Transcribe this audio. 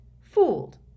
Fooled